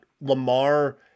Lamar